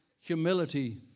humility